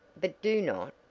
but do not,